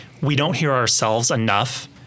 we-don't-hear-ourselves-enough